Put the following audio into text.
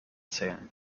zählen